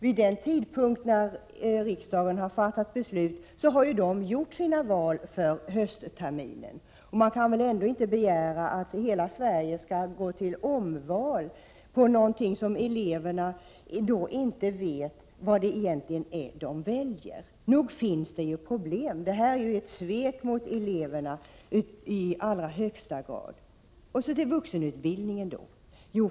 Vid den tidpunkt då riksdagen har fattat beslut om denna utbildning har eleverna gjort sina val för höstterminen. Och man kan väl ändå inte begära att hela Sverige skall gå till omval på något som eleverna inte vet vad det innebär. Nog finns det problem. Detta innebär i allra högsta grad ett svek mot eleverna.